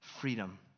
Freedom